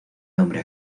nombre